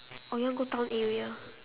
or you want go town area